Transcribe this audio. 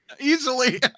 Easily